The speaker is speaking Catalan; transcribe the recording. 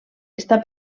està